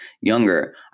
younger